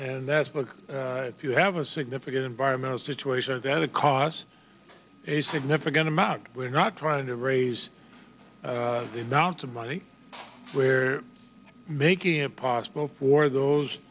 and that if you have a significant environmental situation than it costs a significant amount we're not trying to raise the amount of money where making it possible for those